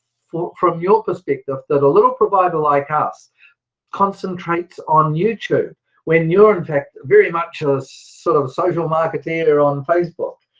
from your perspective, that a little provider like us concentrates on youtube when you're in fact very much a sort of social marketeer on facebook.